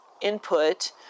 input